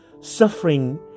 suffering